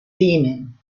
demon